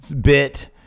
bit